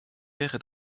wäre